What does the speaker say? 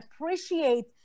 appreciate